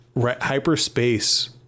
hyperspace